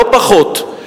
לא פחות,